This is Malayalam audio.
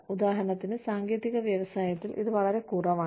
ഉദാഹരണത്തിന് സാങ്കേതിക വ്യവസായത്തിൽ ഇത് വളരെ കുറവാണ്